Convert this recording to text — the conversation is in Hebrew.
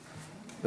גדול.